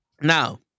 Now